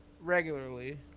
regularly